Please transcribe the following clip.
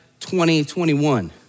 2021